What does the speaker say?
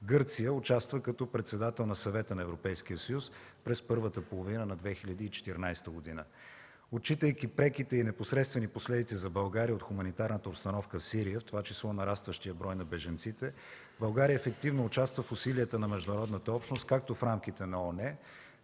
Гърция участва като председател на Съвета на Европейския съюз през първата половина на 2014 г. Отчитайки преките и непосредствени последици за България от хуманитарната обстановка в Сирия, в това число – нарастващият брой на бежанците, България ефективно участва в усилията на международната общност както в рамките на ООН,